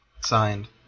signed